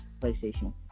PlayStation